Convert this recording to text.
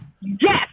Yes